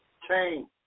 Change